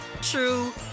true